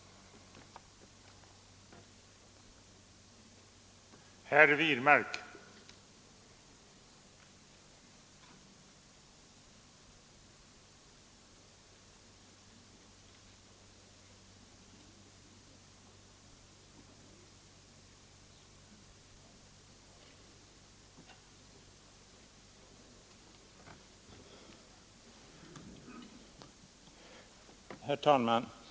Onsdagen den